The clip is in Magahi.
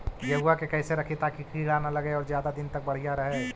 गेहुआ के कैसे रखिये ताकी कीड़ा न लगै और ज्यादा दिन तक बढ़िया रहै?